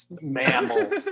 mammals